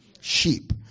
sheep